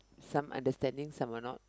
some understanding some are not